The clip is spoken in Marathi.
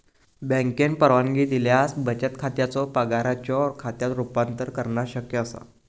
बँकेन परवानगी दिल्यास बचत खात्याचो पगाराच्यो खात्यात रूपांतर करणा शक्य असा